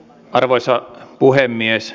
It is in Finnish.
arvoisa puhemies